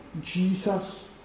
Jesus